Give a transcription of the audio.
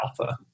alpha